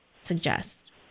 suggest